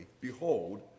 Behold